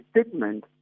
statement